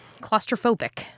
claustrophobic